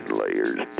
layers